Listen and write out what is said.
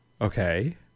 okay